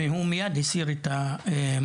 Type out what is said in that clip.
והוא מייד הסיר את המועמדות.